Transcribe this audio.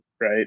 Right